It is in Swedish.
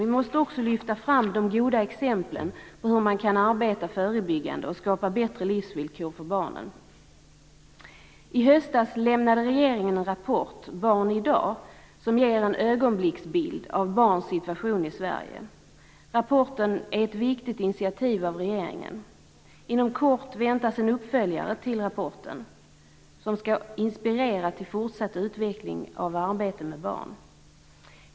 Vi måste också lyfta fram de goda exemplen på hur man kan arbeta förebyggande och skapa bättre livsvillkor för barnen. I höstas lämnade regeringen en rapport, Barn i dag, som ger en ögonblicksbild av barns situation i Sverige. Rapporten är ett viktigt initiativ av regeringen. Inom kort väntas en uppföljare till rapporten, som skall inspirera till fortsatt utveckling av arbetet med barn.